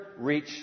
reach